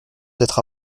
d’être